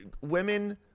Women